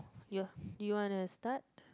ya you wanna start